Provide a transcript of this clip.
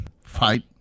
fight